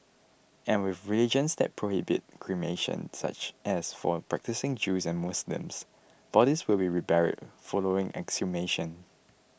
and with religions that prohibit cremation such as for practising Jews and Muslims bodies will be reburied following exhumation